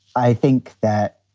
i think that,